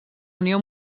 unió